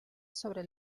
sobre